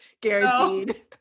Guaranteed